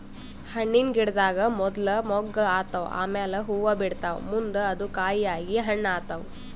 ಹಣ್ಣಿನ್ ಗಿಡದಾಗ್ ಮೊದ್ಲ ಮೊಗ್ಗ್ ಆತವ್ ಆಮ್ಯಾಲ್ ಹೂವಾ ಬಿಡ್ತಾವ್ ಮುಂದ್ ಅದು ಕಾಯಿ ಆಗಿ ಹಣ್ಣ್ ಆತವ್